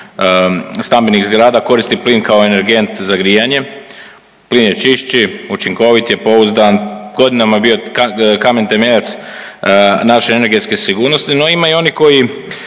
stambenih zgrada koristi plin kao energent za grijanje, plin je čisti, učinkovit je, pouzdan, godinama bio kamen temeljac naše energetske sigurnosti, no ima i onih koji